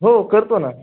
हो करतो ना